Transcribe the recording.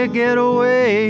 getaway